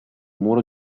muro